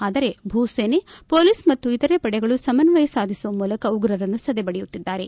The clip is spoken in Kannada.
ಆದರೆ ಭೂಸೇನೆ ಪೊಲೀಸ್ ಮತ್ತು ಇತರೆ ಪಡೆಗಳು ಸಮನ್ವಯ ಸಾಧಿಸುವ ಮೂಲಕ ಉಗ್ರರನ್ನು ಸದೆಬಡಿಯುತ್ತಿದ್ದಾರೆ